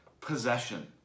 possession